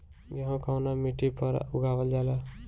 गेहूं कवना मिट्टी पर उगावल जाला?